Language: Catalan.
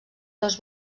dos